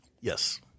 Yes